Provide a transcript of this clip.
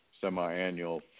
semiannual